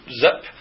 zip